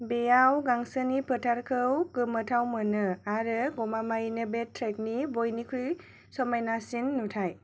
बेयाव गांसोनि फोथारखौ गोमोथाव मोनो आरो गमामायैनो बे ट्रेकनि बयनिख्रुइ समायनासिन नुथाय